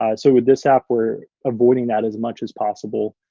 ah so, with this app we're avoiding that as much as possible.